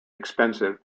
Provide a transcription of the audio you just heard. expensive